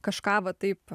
kažką va taip